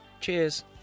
Cheers